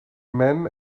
men